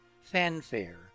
fanfare